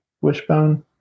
Wishbone